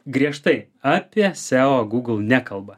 griežtai apie seo google nekalba